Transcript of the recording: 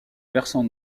versant